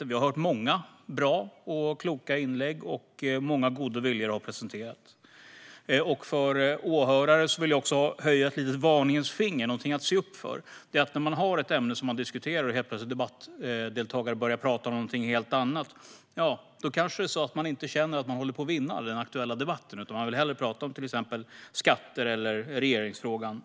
Vi har hört många bra och kloka inlägg, och många goda viljor har presenterats. Till åhörarna vill jag höja ett varningens finger om något att se upp med. När ett ämne diskuteras och debattdeltagare plötsligt börjar tala om något annat känner de förmodligen att de inte håller på att vinna den debatten och talar därför hellre om skatter eller regeringsfrågan.